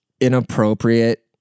inappropriate